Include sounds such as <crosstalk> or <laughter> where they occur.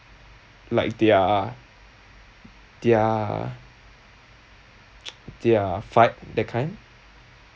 like their their <noise> their fight that kind